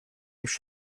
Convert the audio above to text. ganz